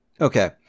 Okay